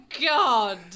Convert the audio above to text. God